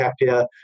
happier